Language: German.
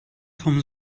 vom